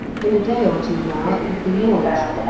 in a day or two now it would be launched,